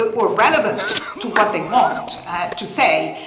or relevant to what they want to say.